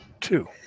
two